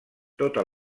tota